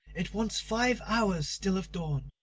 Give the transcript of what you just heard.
it wants five hours still of dawn.